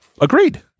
agreed